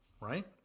right